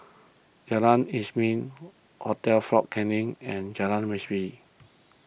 Jalan Isnin Hotel fort Canning and Jalan Masjid